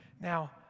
Now